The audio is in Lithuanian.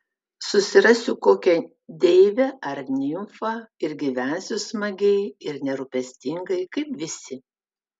susirasiu kokią deivę ar nimfą ir gyvensiu smagiai ir nerūpestingai kaip visi